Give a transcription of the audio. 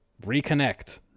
reconnect